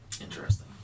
Interesting